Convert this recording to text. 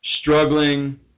struggling